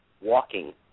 walking